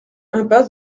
impasse